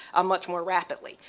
a much more rapidly.